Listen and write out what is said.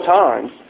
times